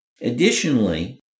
Additionally